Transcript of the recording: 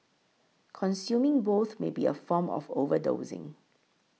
consuming both may be a form of overdosing